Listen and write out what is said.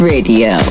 Radio